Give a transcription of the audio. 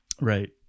Right